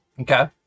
Okay